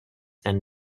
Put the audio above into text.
and